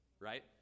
right